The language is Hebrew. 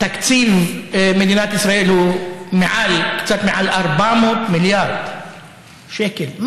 תקציב מדינת ישראל הוא קצת מעל 400 מיליארד שקל.